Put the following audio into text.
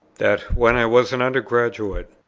that, when i was an under-graduate,